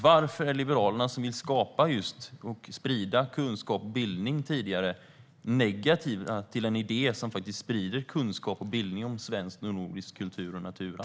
Varför är Liberalerna, som tidigare ville skapa och sprida kunskap och bildning, negativa till en idé som just sprider kunskap och bildning om svenskt och nordiskt kultur och naturarv?